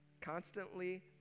Constantly